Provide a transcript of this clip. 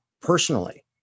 personally